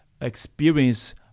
experience